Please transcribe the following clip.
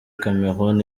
cameroun